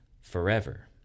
forever